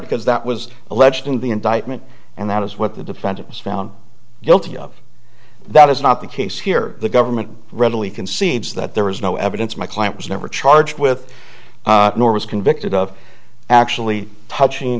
because that was alleged in the indictment and that is what the defendant was found guilty of that is not the case here the government readily concedes that there was no evidence my client was never charged with nor was convicted of actually touching